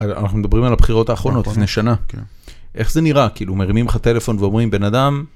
אנחנו מדברים על הבחירות האחרונות לפני שנה. איך זה נראה? כאילו מרימים לך טלפון ואומרים, בן אדם...